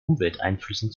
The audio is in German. umwelteinflüssen